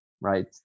right